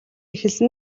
эхэлсэн